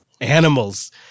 Animals